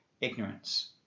ignorance